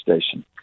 station